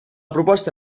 proposta